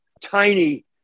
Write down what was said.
tiny